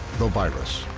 the virus.